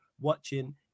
watching